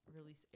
release